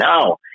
No